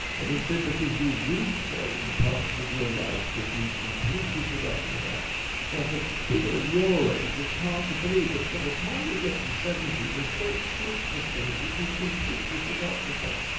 and he said, because you reclaim parts of your life that you'd completely forgotten about. now for people of your age, it's hard to believe. but by but the time you get to seventy, there's great chunks of things that you've completely forgotten about.